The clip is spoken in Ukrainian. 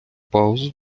паузу